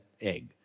egg